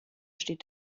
steht